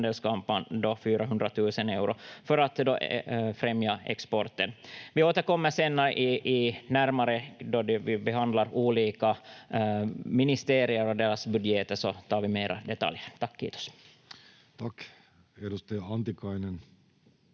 handelskammaren 400 000 euro för att främja exporten. Vi återkommer sedan närmare då vi behandlar olika ministerier och deras budgeter och tar mera detaljer. — Tack, kiitos. [Speech 431] Speaker: